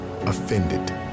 offended